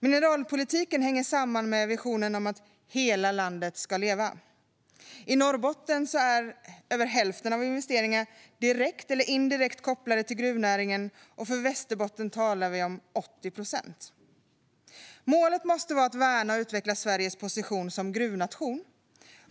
Mineralpolitiken hänger samman med visionen om att hela landet ska leva. I Norrbotten är över hälften av investeringarna direkt eller indirekt kopplade till gruvnäringen, och för Västerbotten talar vi om 80 procent. Målet måste vara att värna och utveckla Sveriges position som gruvnation.